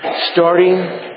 Starting